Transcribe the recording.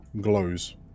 glows